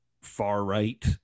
far-right